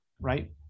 right